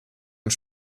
und